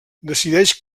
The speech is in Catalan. decideix